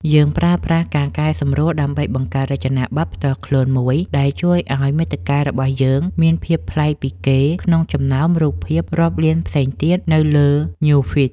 យើងប្រើប្រាស់ការកែសម្រួលដើម្បីបង្កើតរចនាបថផ្ទាល់ខ្លួនមួយដែលជួយឱ្យមាតិការបស់យើងមានភាពប្លែកពីគេក្នុងចំណោមរូបភាពរាប់លានផ្សេងទៀតនៅលើ ញូវហ្វ៊ីត ។